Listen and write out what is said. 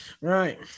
Right